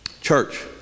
Church